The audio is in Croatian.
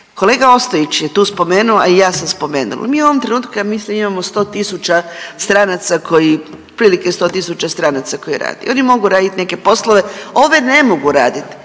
Kolega Ostojić je tu spomenuo, a i ja sam spomenula, mi u ovom trenutku ja mislim imamo 100.000 stranaca koji, otprilike 100.000 stranica koji rade. Oni mogu raditi neke poslove, ove ne mogu raditi